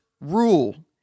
rule